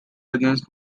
against